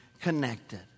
connected